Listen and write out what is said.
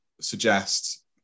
suggest